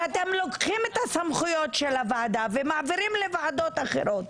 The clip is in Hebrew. שאתם לוקחים את הסמכויות של הוועדה ומעבירים לוועדות אחרות.